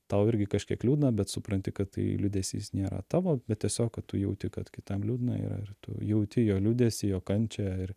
tau irgi kažkiek liūdna bet supranti kad tai liūdesys nėra tavo bet tiesiog kad tu jauti kad kitam liūdna yra ir tu jauti jo liūdesį jo kančią ir